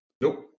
Nope